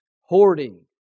hoarding